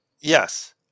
Yes